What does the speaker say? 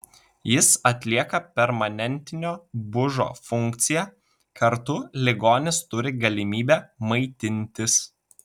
jis atlieka permanentinio bužo funkciją kartu ligonis turi galimybę maitintis